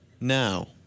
Now